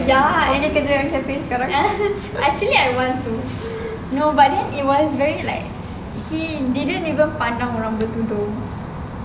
ya and dia kerja cafe sekarang actually I want to no but then it was very like he didn't even pandang orang bertudung